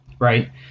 right